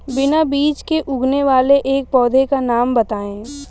बिना बीज के उगने वाले एक पौधे का नाम बताइए